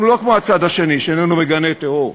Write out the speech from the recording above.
אנחנו לא כמו הצד השני שאיננו מגנה טרור.